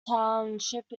township